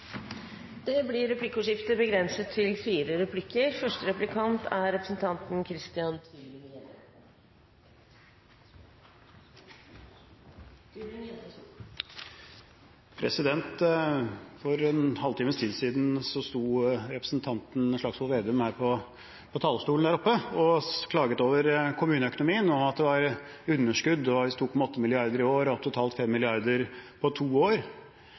er nødvendig. Det blir replikkordskifte. For en halvtimes tid siden sto representanten Slagsvold Vedum på talerstolen og klaget over kommuneøkonomien og sa at det var underskudd, visstnok 2,8 mrd. kr i år og totalt 5 mrd. kr på to år.